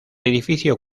edificio